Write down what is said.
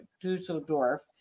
Dusseldorf